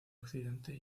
occidente